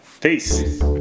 peace